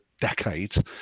decades